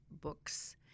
books